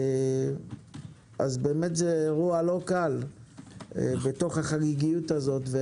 זה אירוע לא קל בתוך החגיגיות הזאת.